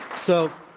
so,